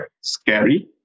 scary